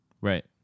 Right